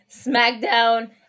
Smackdown